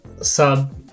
sub